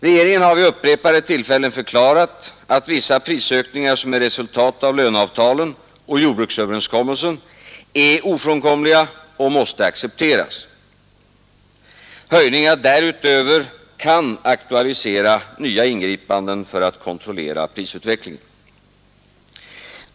Regeringen har vid upprepade tillfällen förklarat att vissa prisökningar som är resultat av löneavtalen och jordbruksöverenskommelsen är ofrånkomliga och måste accepteras. Höjningar därutöver kan aktualisera nya ingripanden för att kontrollera prisutvecklingen.